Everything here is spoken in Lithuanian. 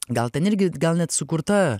gal ten irgi gal net sukurta